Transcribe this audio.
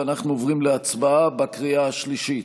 אנחנו עוברים להצבעה בקריאה השלישית.